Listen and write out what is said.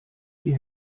die